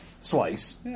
slice